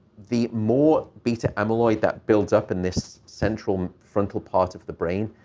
the more beta amyloid that builds up in this central frontal part of the brain,